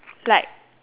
like